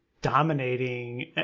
dominating